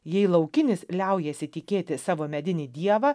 jei laukinis liaujasi tikėti savo medinį dievą